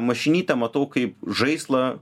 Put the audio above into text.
mašinytę matau kaip žaislą